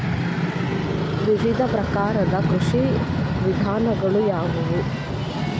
ವಿವಿಧ ಪ್ರಕಾರದ ಕೃಷಿ ವಿಧಾನಗಳು ಯಾವುವು?